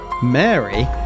Mary